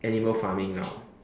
animal farming now